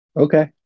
Okay